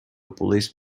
police